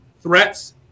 threats